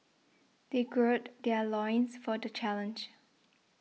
they gird their loins for the challenge